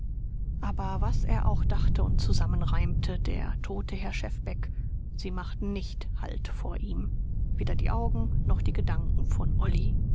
aber was er auch dachte und zusammenreimte der tote herr schefbeck sie machten nicht halt vor ihm weder die augen noch die gedanken von olly